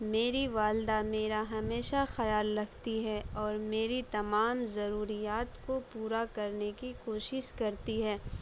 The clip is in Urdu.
میری والدہ میرا ہمیشہ خیال رکھتی ہے اور میری تمام ضروریات کو پورا کرنے کی کوشش کرتی ہے